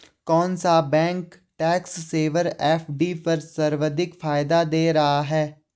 कौन सा bank tax saver FD पर सर्वाधिक फायदा दे रहा है?